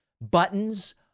buttons